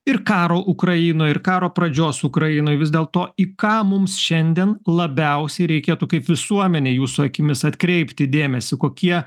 ir karo ukrainoj ir karo pradžios ukrainoj vis dėl to į ką mums šiandien labiausiai reikėtų kaip visuomenei jūsų akimis atkreipti dėmesį kokie